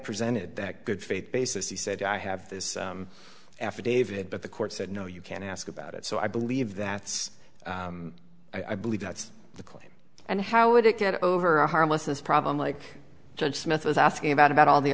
presented that good faith basis he said i have this affidavit but the court said no you can't ask about it so i believe that's i believe that's the and how would it get over a harmlessness problem like judge smith was asking about about all the